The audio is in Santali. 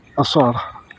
ᱟᱥᱟᱲ